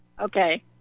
Okay